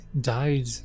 died